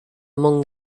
among